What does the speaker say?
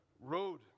road